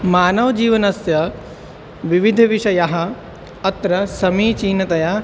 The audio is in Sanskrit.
मानवजीवनस्य विविधविषयाः अत्र समीचीनतया